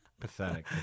pathetic